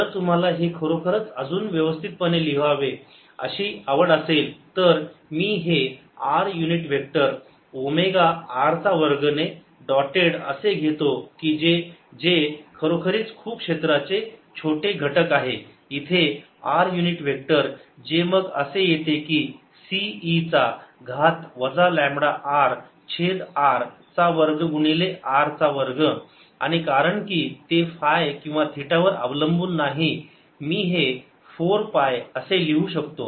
जर तुम्हाला हे खरोखरच अजून व्यवस्थित पणे लिहावे अशी आवड असेल तर मी हे r unit vector omega r चा वर्ग ने डॉटेड असे घेतो की जे खरोखरीच खूप क्षेत्राचे छोटे घटक आहे इथे r युनिट वेक्टर जे मग असे येते की C e चा घात वजा लांबडा r छेद r चा वर्ग गुणिले r चा वर्ग आणि कारण की ते फाय किंवा थिटा वर अवलंबून नाही मी हे 4 पाय असे लिहू शकतो